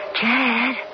Chad